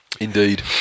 Indeed